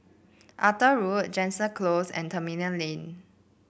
Arthur Road Jansen Close and Tembeling Lane